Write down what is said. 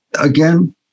again